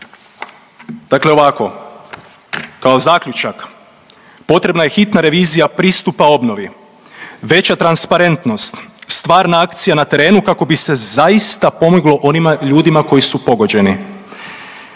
Dakle, ovako kao zaključak, potrebna je hitna revizija pristupa obnovi, veća transparentnost, stvarna akcija na terenu kako bi se zaista pomoglo onima ljudima koji su pogođeni.